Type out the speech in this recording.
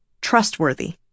trustworthy